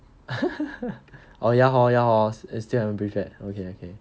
oh ya hor yours is still haven't prepared okay okay